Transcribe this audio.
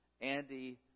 Andy